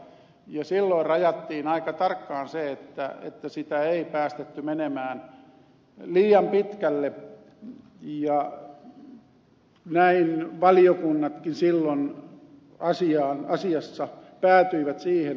silloin rajattiin aika tarkkaan se että sitä ei päästetty menemään liian pitkälle ja näin valiokunnatkin silloin asiassa päätyivät siihen